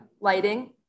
lighting